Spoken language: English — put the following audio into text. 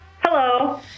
Hello